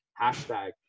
hashtag